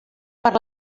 per